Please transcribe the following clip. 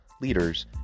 leaders